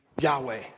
Yahweh